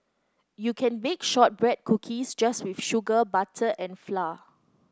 you can bake shortbread cookies just with sugar butter and flour